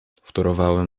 wtórowały